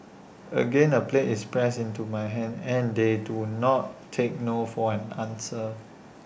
again A plate is pressed into my hands and they do not take no for an answer